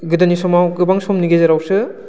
गोदोनि समाव गोबां समनि गेजेरावसो